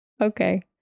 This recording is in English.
Okay